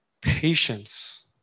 patience